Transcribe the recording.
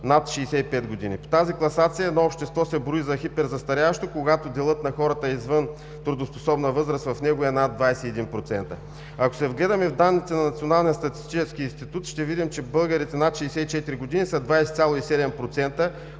над 65 години. По тази класация едно общество се брои за хиперзастаряващо, когато делът на хората извън трудоспособна възраст в него е над 21%. Ако се вгледаме в данните на Националния статистически институт ще видим, че българите над 64 години са 20,7%